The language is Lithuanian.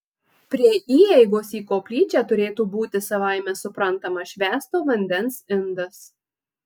prie įeigos į koplyčią turėtų būti savaime suprantama švęsto vandens indas